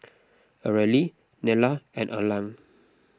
Areli Nella and Erland